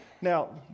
Now